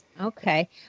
Okay